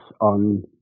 on